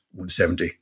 170